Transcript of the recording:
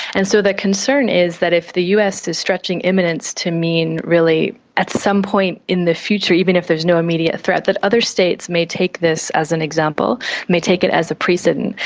and so the concern is that if the us is stretching imminence to mean really at some point in the future, even if there is no immediate threat, that other states may take this as an example, may take it as a precedent,